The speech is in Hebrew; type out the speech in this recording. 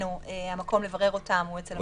מבחינתנו המקום לברר אותם הוא אצל המפקח בהיבט המשפטי.